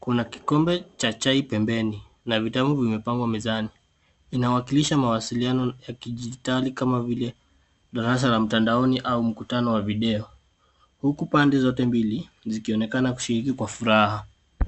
Kuna kikombe cha chai pembeni na vitabu vimepangwa mizani. Inawakilisha mawasiliano ya kidijitali kama vile darasa la mtandaoni au mkutano wa video huku pande zote mbili zikionekana kushiriki kwa furaha.